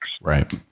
Right